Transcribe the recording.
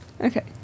Okay